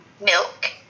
milk